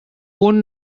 punt